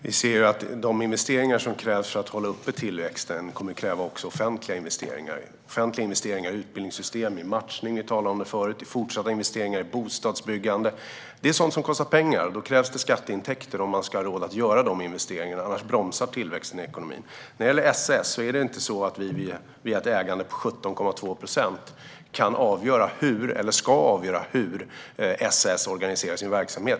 Fru talman! Vi ser att de investeringar som krävs för att hålla uppe tillväxten kommer att kräva även offentliga investeringar i utbildningssystem, i matchning, som vi talade om tidigare, och i fortsatta investeringar i bostadsbyggande. Det är sådant som kostar pengar. Då krävs det skatteintäkter om man ska ha råd att göra dessa investeringar, annars bromsar tillväxten i ekonomin. När det gäller SAS kan vi inte, med ett ägande på 17,2 procent, eller ska avgöra hur SAS organiserar sin verksamhet.